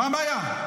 מה הבעיה?